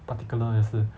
particular 也是